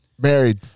married